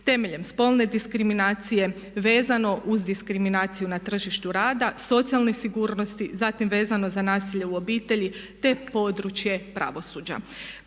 temelj spolne diskriminacije, vezano uz diskriminaciju na tržištu rada, socijalne sigurnosti, zatim vezano za nasilje u obitelji te područje pravosuđa.